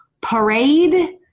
parade